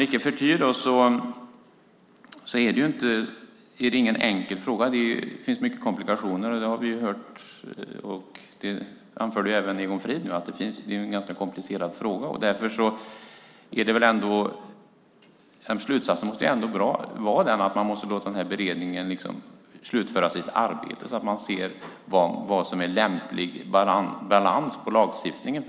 Icke förty är det ingen enkel fråga. Det finns många komplikationer, som vi har hört här. Även Egon Frid anförde att detta är en ganska komplicerad fråga. Därför måste slutsatsen vara att man ändå måste låta beredningen slutföra sitt arbete så att man ser vad som är en lämplig balans på lagstiftningen.